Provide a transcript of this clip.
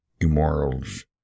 immorals